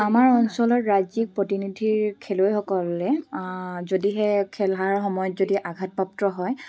আমাৰ অঞ্চলত ৰাজ্যিক প্ৰতিনিধিৰ খেলুৱৈসকলে যদিহে খেলহাৰাৰ সময়ত যদি আঘাতপ্ৰাপ্ত হয়